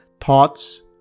thoughts